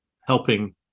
helping